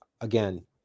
again